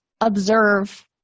Observe